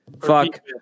fuck